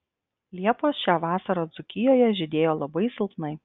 liepos šią vasarą dzūkijoje žydėjo labai silpnai